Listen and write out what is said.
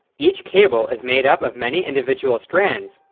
each cable is made up of many individual strands,